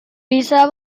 bisa